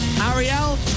Ariel